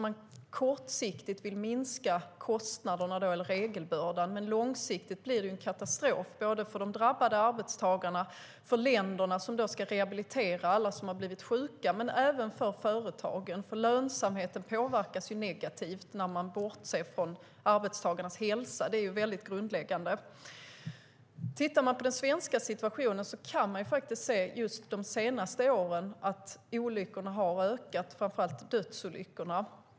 Man vill minska kostnaderna eller regelbördan kortsiktigt, men långsiktigt blir det en katastrof för de drabbade arbetstagarna, för de länder som ska rehabilitera alla som blivit sjuka och för företagen. Att bortse från arbetstagarnas hälsa påverkar lönsamheten negativt. Det är grundläggande. Om man tittar på den svenska situationen kan man se att olyckorna, framför allt dödsolyckorna, har ökat de senaste åren.